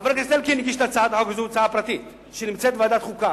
חבר הכנסת אלקין הגיש הצעת חוק פרטית שנמצאת בוועדת חוקה.